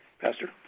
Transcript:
Pastor